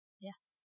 Yes